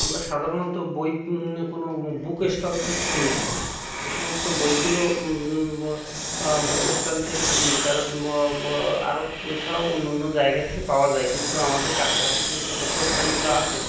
আমরা সাধারণত বই কোনো বুক স্টল থেকে কিনে থাকি এ সমস্ত বইগুলো বুক স্টল থেকে কিনি কারণ আরো এছাড়াও অন্য অন্য জায়গা থেকে পাওয়া যায় কিন্তু আমাদের কাছাকাছি যে বুক স্টলগুলো আছে